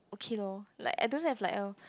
okay lor like I don't have like a